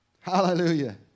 Hallelujah